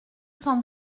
cent